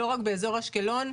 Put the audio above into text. לא רק באזור אשקלון,